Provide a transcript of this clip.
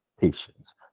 patience